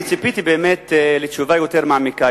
ציפיתי באמת לתשובה יותר מעמיקה,